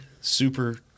Super